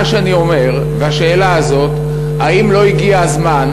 מה שאני אומר, השאלה היא זאת: האם לא הגיע הזמן,